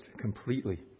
completely